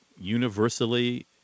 universally